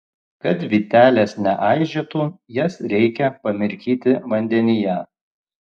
kad vytelės neaižėtų jas reikia pamirkyti vandenyje